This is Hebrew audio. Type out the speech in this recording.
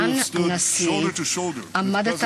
you have stood shoulder-to-shoulder with President